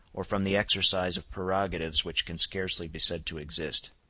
or from the exercise of prerogatives which can scarcely be said to exist.